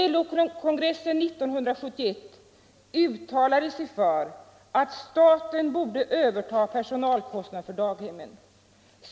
LO-kongressen 1971 uttalade sig för att staten borde överta personalkostnaderna för daghemmen.